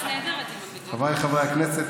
חבריי חברי הכנסת,